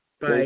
Bye